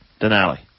Denali